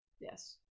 yes